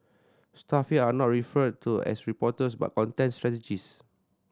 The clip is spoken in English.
staff there are not referred to as reporters but content strategists